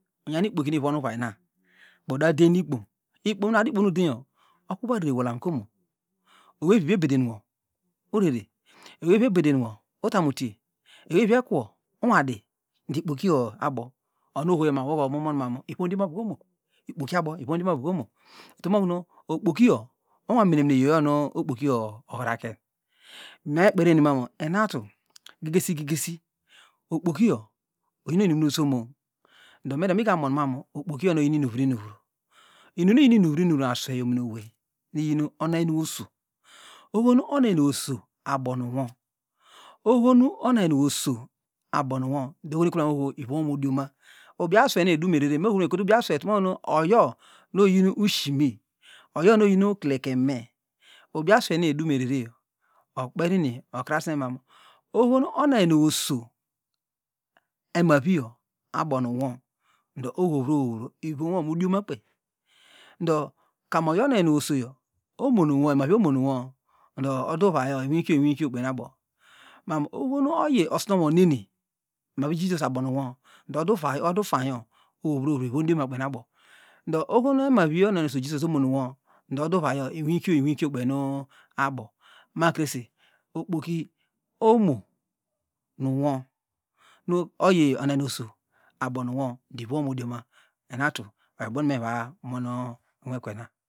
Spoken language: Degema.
Inyam ikpoki nuuvuonvaina kpey udayideyn nu ikpom ikpon adu ikpom nu udenyo okuva rerewolamke omo ewvi ebedenwo urere eweyvi ebedenwo utamu utye eweyvi ekwo inwadi oho ikpokiyo abo ohohoya woka mumonmanu ivomdiomaovuka omo ikpokiyo abo ivomdiomovuka aomo utomokum okpokiyo onwamenemina iyoyonu okpoki ohoraken me abome kperienimanu enatu gegesi gegesi okpokiyo oyinenonnu isono do medo migamomamu okpokiyo nu oyinuvrunwuro inumnujin nuronmuro minwi aswey ominowey nu iyinu onuonyanewey oso ohonu ohonu ohom onuonyame weyoso abonuwo, oho nu onuonyameutyso abonu wo ekrevekrevo ivomwom modioma ubi aswey nomu eniedumerere memekotu ubiaswey utomokunu oyo nu oyin ushime oyonu oyinu uklekemme ubi aswey nu eniedunerereye okper neni okrasen mamu ohonu onuoyanewei oso emaviyo abonunwo ndo ohovrohovro ivonwomodiomakpey ndo ka oyion onanyaranneyosoyo omonuwo ndo oduvayor inwikio inwikio kpen abo mamu ohonu oyi osinorieneni nu oyi jizos abonunwo ndo odu ndo odu ufainyo ohovrohovru ivomdiomu kpen nuabo ndo oho nu emavioso jizas abonunwo ndo odu vaiyo inunkio inwakio kpenu abo makrese okpoki omo nunwo nu oyi onanyama weyoso abonunwo nu oyi onanyama wey oso abonunwo ndo ivonwo modiona enatu oyo ubonu me mivomon inwekwena.